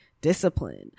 discipline